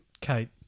Kate